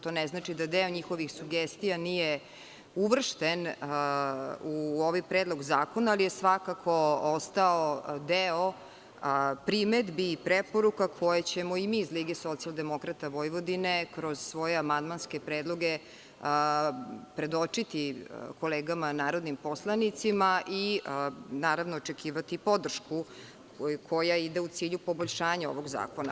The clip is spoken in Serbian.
To ne znači da deo njihovih sugestija nije uvršten u ovaj Predlog zakona, ali je svakako ostao deo primedbi i preporuka koje ćemo i mi iz LSV kroz svoje amandmanske predloge predočiti kolegama narodnim poslanicima i naravno očekivati podršku koja ide u cilju poboljšanja ovog zakona.